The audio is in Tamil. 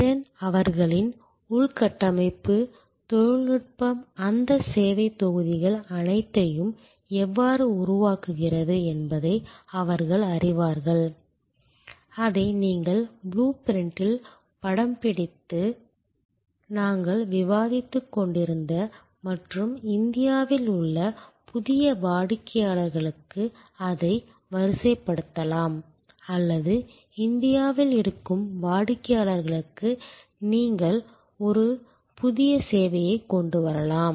திறன் அவர்களின் உள்கட்டமைப்பு தொழில்நுட்பம் அந்த சேவைத் தொகுதிகள் அனைத்தையும் எவ்வாறு உருவாக்குகிறது என்பதை அவர்கள் அறிவார்கள் அதை நீங்கள் புளூ பிரிண்டில் படம்பிடித்து நாங்கள் விவாதித்துக் கொண்டிருந்த மற்றும் இந்தியாவில் உள்ள புதிய வாடிக்கையாளர்களுக்கு அதை வரிசைப்படுத்தலாம் அல்லது இந்தியாவில் இருக்கும் வாடிக்கையாளருக்கு நீங்கள் ஒரு புதிய சேவையை கொண்டு வரலாம்